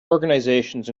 organizations